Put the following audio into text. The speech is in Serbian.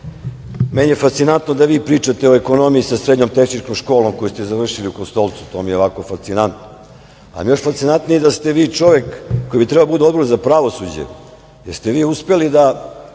je fascinantno da vi pričate o ekonomiji sa srednjom tehničkom školom koju ste završili u Kostolcu. To mi je ovako fascinantno, ali mi je još fascinantnije da ste vi čovek koji bi trebalo da bude u Odboru za pravosuđe, jer ste vi uspeli da